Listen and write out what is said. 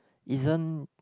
isn't